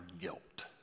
guilt